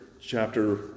chapter